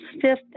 fifth